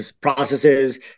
processes